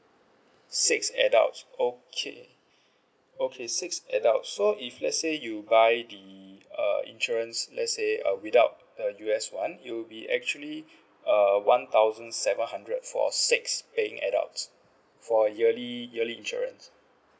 six adults okay okay six adults so if let's say you buy the uh insurance let's say uh without the U_S [one] it will be actually uh one thousand seven hundred for six paying adults for yearly yearly insurance